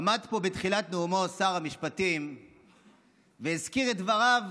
בתחילת נאומו שר המשפטים והזכיר את דבריו